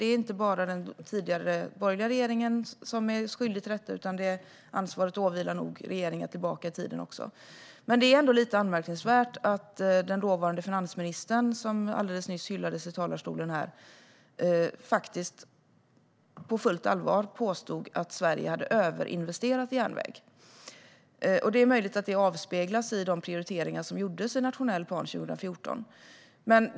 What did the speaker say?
Det är inte bara den tidiga borgerliga regeringen som är skyldig till detta, utan ansvaret åvilar regeringar tillbaka i tiden också. Det är ändå lite anmärkningsvärt att den dåvarande finansministern, som alldeles nyss hyllades här, på fullt allvar påstod att Sverige hade överinvesterat i järnväg. Det är möjligt att detta avspeglas i de prioriteringar som gjordes i den nationella planen 2014.